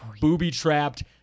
booby-trapped